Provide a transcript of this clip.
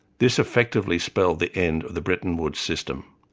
this effectively spelled the end of the breton woods system.